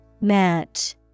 Match